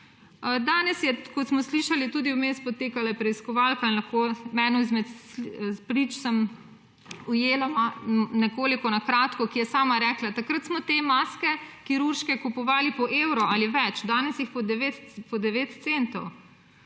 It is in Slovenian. Danes je, kot smo slišali, tudi vmes potekala preiskovalka in eno izmed prič sem ujela nekoliko na kratko, ki je sama rekla, takrat smo te maske kirurške kupovali po evro vali več, danes jih po 9 centov